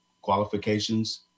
qualifications